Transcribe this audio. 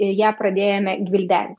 ir ją pradėjome gvildenti